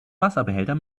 wasserbehälter